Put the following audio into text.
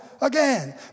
again